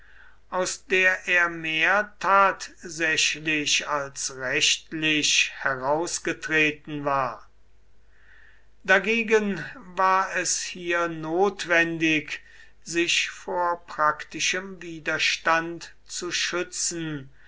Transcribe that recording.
aus der er mehr tatsächlich als rechtlich herausgetreten war dagegen war es hier notwendig sich vor praktischem widerstand zu schützen